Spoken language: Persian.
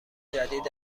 جدید